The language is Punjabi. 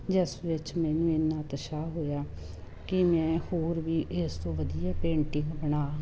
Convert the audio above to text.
ਜਿਸ ਵਿੱਚ ਮੈਨੂੰ ਇੰਨਾ ਉਤਸ਼ਾਹ ਹੋਇਆ ਕਿ ਮੈਂ ਹੋਰ ਵੀ ਇਸ ਤੋਂ ਵਧੀਆ ਪੇਂਟਿੰਗ ਬਣਾ